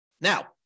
Now